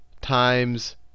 times